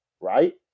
right